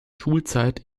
schulzeit